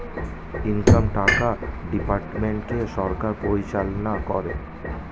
income tax ডিপার্টমেন্টকে সরকার পরিচালনা করে